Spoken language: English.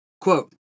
quote